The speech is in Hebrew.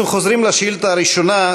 אנחנו חוזרים לשאילתה הראשונה,